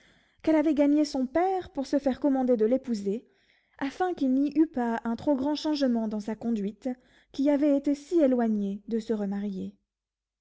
qu'elle avait gagné son père pour se faire commander de l'épouser afin qu'il n'y eût pas un trop grand changement dans sa conduite qui avait été si éloignée de se remarier